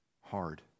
hard